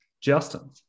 Justin